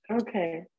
Okay